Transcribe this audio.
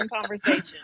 conversation